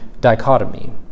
dichotomy